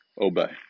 obey